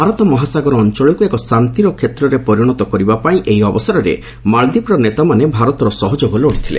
ଭାରତ ମହାସାଗର ଅଞ୍ଚଳକ୍ତ ଏକ ଶାନ୍ତିର କ୍ଷେତ୍ରରେ ପରିଣତ କରିବାପାଇଁ ଏହି ଅବସରରେ ମାଳଦ୍ୱୀପର ନେତାମାନେ ଭାରତର ସହଯୋଗ ଲୋଡ଼ିଥିଲେ